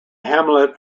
hamlet